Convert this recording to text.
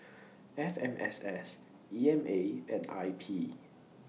F M S S E M A and I P